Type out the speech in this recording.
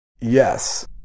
Yes